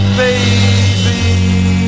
baby